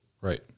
Right